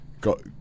got